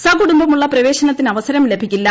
സകുടുംബമുള്ള പ്രവേശനത്തിന് അവസരം ലഭിക്കില്ല